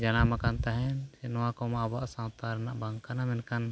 ᱡᱟᱱᱟᱢᱟᱠᱟᱱ ᱛᱟᱦᱮᱱ ᱱᱚᱣᱟ ᱠᱚᱢᱟ ᱟᱵᱚᱣᱟᱜ ᱥᱟᱶᱛᱟ ᱨᱮᱱᱟᱜ ᱵᱟᱝ ᱠᱟᱱᱟ ᱢᱮᱱᱠᱷᱟᱱ